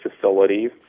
facilities